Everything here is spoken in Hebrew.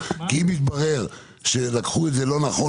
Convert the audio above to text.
כי אם יתברר שלקחו את זה לא נכון,